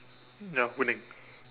ya winning